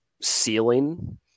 ceiling